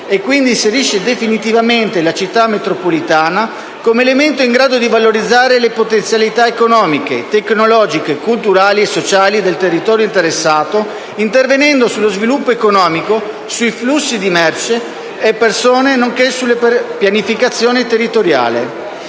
quindi definitivamente la Città metropolitana come elemento in grado di valorizzare le potenzialità economiche, tecnologiche, culturali e sociali del territorio interessato, intervenendo sullo sviluppo economico e sui flussi di merci e persone, nonché sulla pianificazione territoriale.